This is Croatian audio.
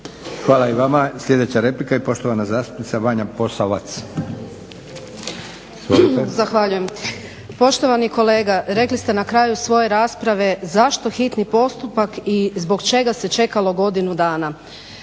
Hvala i vama. Sljedeća replika i poštovana zastupnica Vanja Posavac. Izvolite. **Posavac, Vanja (SDP)** Zahvaljujem. Poštovani kolega rekli ste na kraju svoje rasprave zašto hitni postupak i zbog čega se čekalo godinu dana?